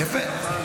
יפה.